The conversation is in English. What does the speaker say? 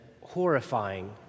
horrifying